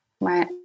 right